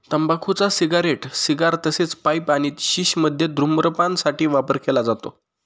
तंबाखूचा cigarette, cigar तसेच pipe आणि शिश मध्ये धूम्रपान साठी वापर केला जातो